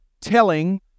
telling